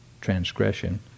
transgression